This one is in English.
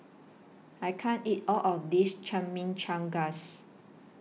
I can't eat All of This Chimichangas